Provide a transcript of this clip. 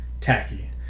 tacky